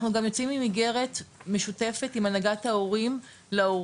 אנחנו גם יוצאים עם אגרת משותפת עם הנהגת ההורים להורים